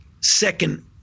second